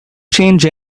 change